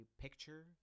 picture